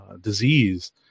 disease